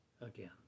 Again